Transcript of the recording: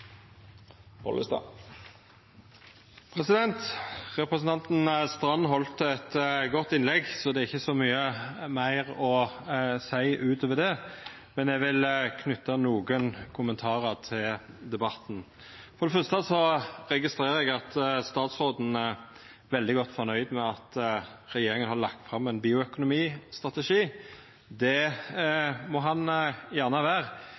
Representanten Knutsdatter Strand heldt eit godt innlegg, så det er ikkje så mykje meir å seia utover det, men eg vil knyta nokre kommentarar til debatten. For det fyrste registrerer eg at statsråden er veldig godt fornøgd med at regjeringa har lagt fram ein bioøkonomistrategi. Det må han gjerne